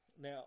Now